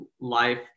life